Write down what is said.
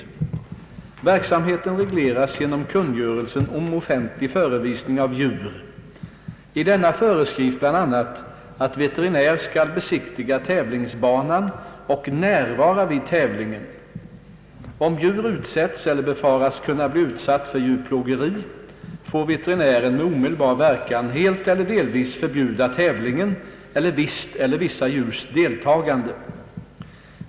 Verksamheten regleras genom kungörelsen om offentlig förevisning av djur. I denna föreskrivs bl.a. att veterinär skall besiktiga tävlingsbanan och närvara vid tävlingen. Om djur utsätts eller befaras kunna bli utsatt för djurplågeri, får veterinären med omedelbar verkan helt eller delvis förbjuda tävlingen eller visst eller vissa djurs deltagande.